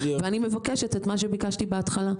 ואני מבקשת את מה שביקשתי בהתחלה,